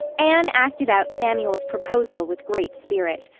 anne acted out samuel's proposal with great spirit.